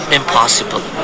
impossible